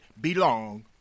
belong